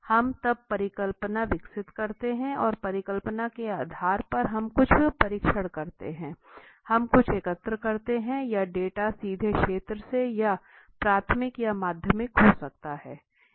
हम तब परिकल्पना विकसित करते हैं और परिकल्पना के आधार पर हम कुछ परीक्षण करते हैं हम कुछ एकत्र करते हैं यह डेटा सीधे क्षेत्र से या प्राथमिक या माध्यमिक हो सकता है